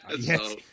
yes